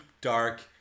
dark